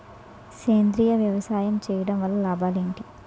సేంద్రీయ వ్యవసాయం చేయటం వల్ల లాభాలు ఏంటి?